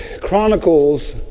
chronicles